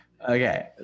Okay